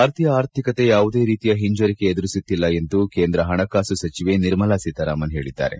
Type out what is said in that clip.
ಭಾರತೀಯ ಆರ್ಥಿಕತೆ ಯಾವುದೇ ರೀತಿಯ ಹಿಂಜರಿಕೆ ಎದುರಿಸುತ್ತಿಲ್ಲ ಎಂದು ಕೇಂದ್ರ ಹಣಕಾಸು ಸಚಿವೆ ನಿರ್ಮಲಾ ಸೀತಾರಾಮನ್ ಹೇಳಿದ್ದಾರೆ